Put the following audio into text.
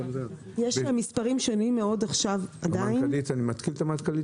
אני מתקיל את המנכ"לית,